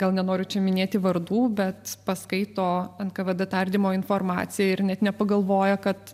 gal nenoriu čia minėti vardų bet paskaito nkvd tardymo informaciją ir net nepagalvoja kad